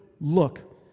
look